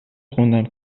خوندم